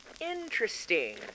Interesting